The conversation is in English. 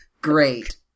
Great